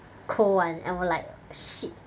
cold [one] and 我 like shit